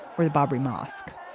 where the barbree mosque